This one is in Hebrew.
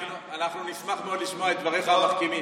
אנחנו נשמח מאוד לשמוע את דבריך המחכימים.